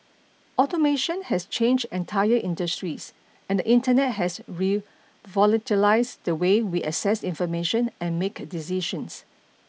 automation has changed entire industries and the Internet has revolutionised the way we access information and make decisions